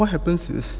what happens is